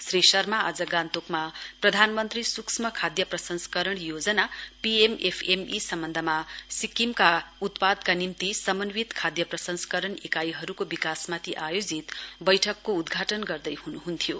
श्री शर्मा आज गान्तोकमा प्रधानमन्त्री सूक्ष्म खाद्य प्रसंस्करण योजना पिएमएफएमई सम्बन्धमा सिक्किमका उत्पादकका निम्ति समन्वित खाद्य प्रसंस्करण इकाइहरुको विकासमाथि आयोजित बैठकको उद्घाटण गर्दैहुनु हुन्थ्यो